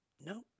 No